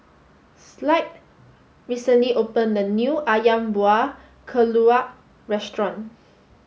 Clide recently opened a new Ayam Buah Keluak Restaurant